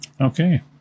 Okay